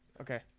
Okay